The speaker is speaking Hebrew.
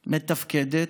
מתפקדת,